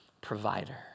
provider